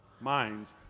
minds